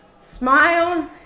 smile